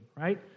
right